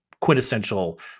quintessential